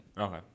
Okay